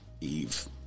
Eve